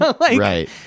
Right